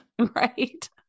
Right